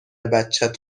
بچت